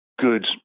good